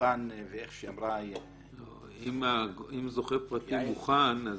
מוכן --- אם זוכה פרטי מוכן,